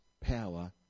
power